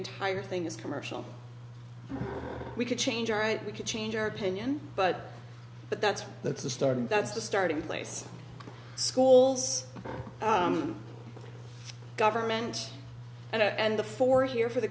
entire thing is commercial we could change right we could change our opinion but but that's that's a start and that's the starting place schools government and the four here for the